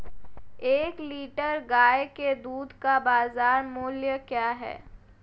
एक लीटर गाय के दूध का बाज़ार मूल्य क्या है?